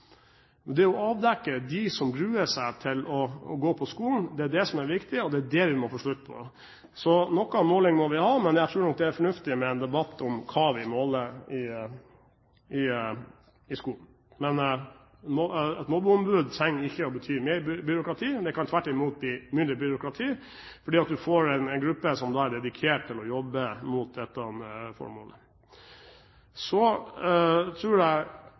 det å avdekke de som gruer seg til å gå på skolen, er det som er viktig, og det er det vi må få en slutt på. Så noe måling må vi ha, men jeg tror nok det er fornuftig med en debatt om hva vi måler i skolen. Men et mobbeombud trenger ikke å bety mer byråkrati, det kan tvert imot bety mindre byråkrati, fordi man får en gruppe som er dedikert til å jobbe mot dette formålet.